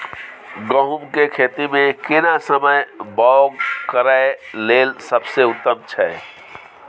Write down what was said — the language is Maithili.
गहूम के खेती मे केना समय बौग करय लेल सबसे उत्तम छै?